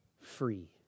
free